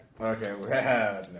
Okay